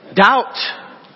Doubt